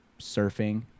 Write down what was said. surfing